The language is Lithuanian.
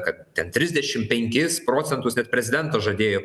kad ten trisdešimt penkis procentus net prezidentas žadėjo